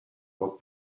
what